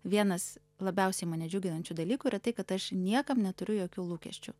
vienas labiausiai mane džiuginančių dalykų yra tai kad aš niekam neturiu jokių lūkesčių